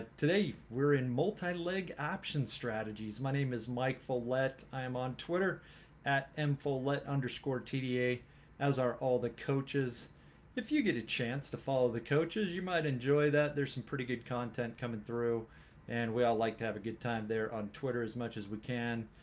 today we're in multi leg option strategies my name is mike follette i am on twitter at m follet underscore t da as are all the coaches if you get a chance to follow the coaches you might enjoy that there's some pretty good content coming through and we all like to have a good time there on twitter as much as we can